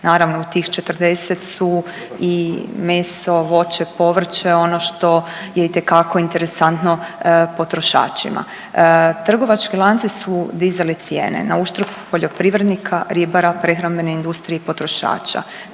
Naravno u tih 40 su i meso, voće, povrće, ono što je itekako interesantno potrošačima. Trgovački lanci su dizali cijene na uštrb poljoprivrednika, ribara, prehrambene industrije i potrošača.